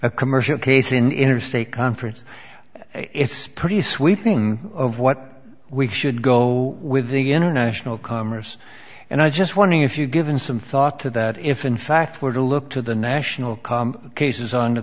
a commercial case an interstate conference it's pretty sweeping of what we should go with the international commerce and i just wondering if you've given some thought to that if in fact we're to look to the national calm cases on t